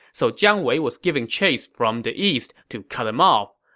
so jiang wei was giving chase from the east to cut him off.